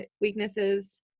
weaknesses